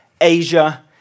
Asia